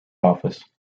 office